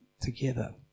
together